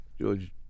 George